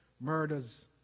murders